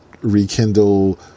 rekindle